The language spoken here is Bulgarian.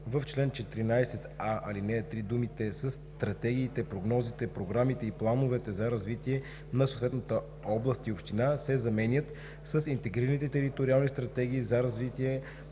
в чл. 14а, ал. 3 думите „със стратегиите, прогнозите, програмите и плановете за развитие на съответната област и община“ се заменят с „интегрираните териториални стратегии за развитие